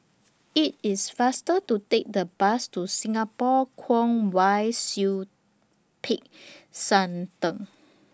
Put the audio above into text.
IT IS faster to Take The Bus to Singapore Kwong Wai Siew Peck San Theng